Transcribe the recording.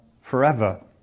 forever